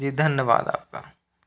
जी धन्यवाद आपका